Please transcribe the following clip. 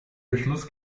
beschluss